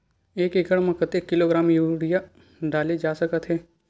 एक एकड़ म कतेक किलोग्राम यूरिया डाले जा सकत हे?